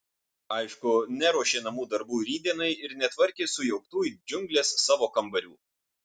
aišku neruošė namų darbų rytdienai ir netvarkė sujauktų it džiunglės savo kambarių